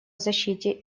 защите